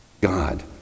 god